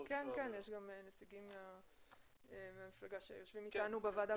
יש גם נציגים מהמפלגה שיושבים איתנו בוועדה